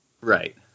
Right